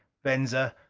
venza,